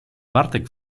bartek